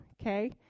okay